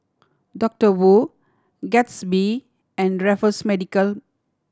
Doctor Wu Gatsby and Raffles Medical